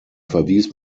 verwies